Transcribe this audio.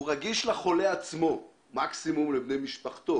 רגיש לחולה עצמו או מקסימום לבני משפחות.